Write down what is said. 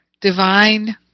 divine